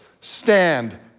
stand